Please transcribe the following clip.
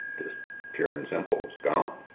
just pure and simple, was gone.